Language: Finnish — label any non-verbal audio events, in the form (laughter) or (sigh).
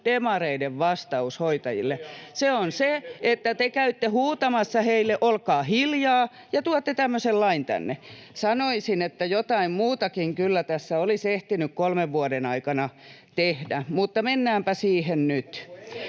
Gustafssonin välihuuto] Se on se, että te käytte huutamassa heille ”olkaa hiljaa” ja tuotte tämmöisen lain tänne. Sanoisin, että jotain muutakin kyllä tässä olisi ehtinyt kolmen vuoden aikana tehdä. (noise) Mutta mennäänpä siihen nyt.